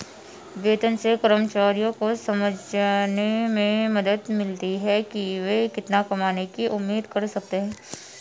वेतन से कर्मचारियों को समझने में मदद मिलती है कि वे कितना कमाने की उम्मीद कर सकते हैं